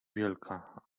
wielka